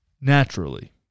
naturally